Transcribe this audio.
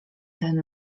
ten